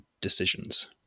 decisions